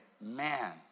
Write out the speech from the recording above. man